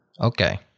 Okay